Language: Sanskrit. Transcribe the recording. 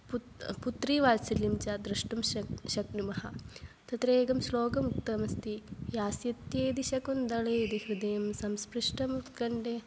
पुत् पुत्रीवात्सल्यं च द्रष्टुं शक् शक्नुमः तत्र एकं श्लोकम् उक्तमस्ति यास्यत्यद्य शकुन्तलेति हृदयं संस्पृष्टमुत्कण्ठया